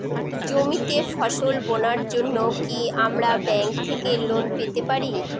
জমিতে ফসল বোনার জন্য কি আমরা ব্যঙ্ক থেকে লোন পেতে পারি?